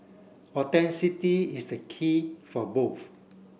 is the key for both